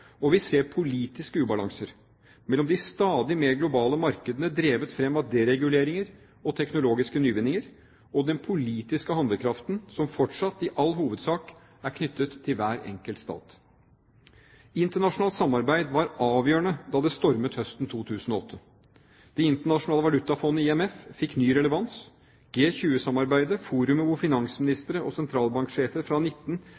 tålegrense, vi ser politiske ubalanser, mellom de stadig mer globale markedene drevet fram av dereguleringer og teknologiske nyvinninger, og den politiske handlekraften som fortsatt i all hovedsak er knyttet til hver enkelt stat. Internasjonalt samarbeid var avgjørende da det stormet høsten 2008. Det internasjonale valutafondet, IMF, fikk ny relevans, og G20-samarbeidet – forumet hvor finansministre og sentralbanksjefer fra 19